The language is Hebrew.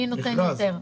מי נותן יותר?